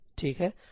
ठीक है